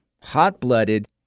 hot-blooded